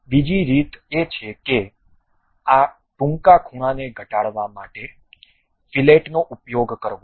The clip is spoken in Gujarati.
બીજી રીત એ છે કે આ ટૂંકા ખૂણાને ઘટાડવા માટે ફીલેટનો ઉપયોગ કરવો